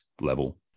level